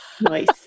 Nice